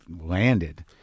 landed